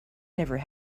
never